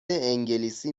انگلیسی